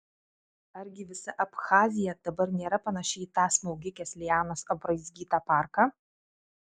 argi visa abchazija dabar nėra panaši į tą smaugikės lianos apraizgytą parką